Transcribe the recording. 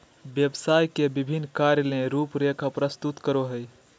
व्यवसाय के विभिन्न कार्य ले रूपरेखा प्रस्तुत करो हइ